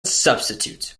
substitutes